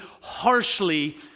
harshly